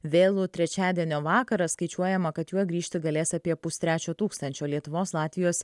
vėlų trečiadienio vakarą skaičiuojama kad juo grįžti galės apie pustrečio tūkstančio lietuvos latvijos